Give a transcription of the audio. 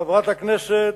לחברת הכנסת